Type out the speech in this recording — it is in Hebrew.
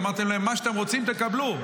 אמרתם להם: מה שאתם רוצים תקבלו,